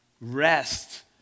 rest